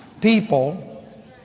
people